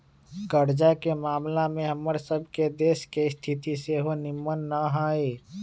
कर्जा के ममला में हमर सभ के देश के स्थिति सेहो निम्मन न हइ